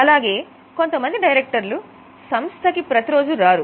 అలాగే కొంత మంది డైరెక్టర్లు సంస్థకి ప్రతిరోజు రారు